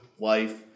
life